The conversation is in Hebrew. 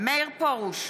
מאיר פרוש,